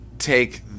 Take